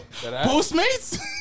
Postmates